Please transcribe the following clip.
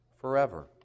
forever